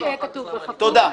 תודה.